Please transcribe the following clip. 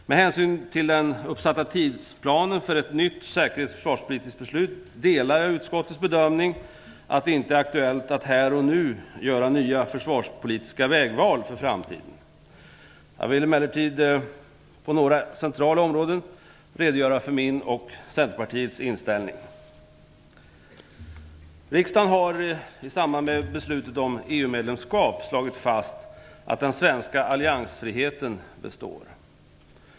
Med hänsyn till den uppsatta tidsplanen för ett nytt säkerhets och försvarspolitiskt beslut delar jag utskottets bedömning att det inte är aktuellt att här och nu göra nya försvarspolitiska vägval inför framtiden. Jag vill emellertid på några centrala områden redogöra för min och Centerpartiets inställning. Riksdagen har i samband med beslutet om EU medlemskap slagit fast att "den svenska alliansfriheten består".